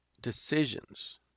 decisions